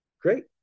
Great